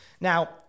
Now